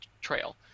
trail